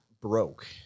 broke